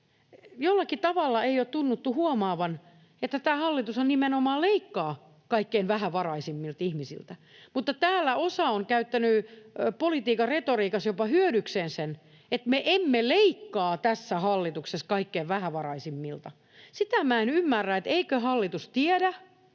Jollakin tavalla ei ole tunnuttu huomaavan, että tämä hallitushan nimenomaan leikkaa kaikkein vähävaraisimmilta ihmisiltä. Mutta täällä osa on käyttänyt politiikan retoriikassa jopa hyödykseen sen, että me emme leikkaa tässä hallituksessa kaikkein vähävaraisimmilta. Sitä minä en ymmärrä, eikö hallitus tiedä,